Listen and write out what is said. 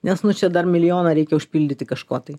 nes nu čia dar milijoną reikia užpildyti kažko tai